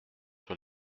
sur